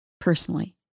personally